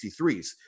63s